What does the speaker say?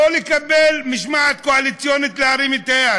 לא נקבל משמעת קואליציונית להרים את היד,